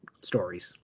stories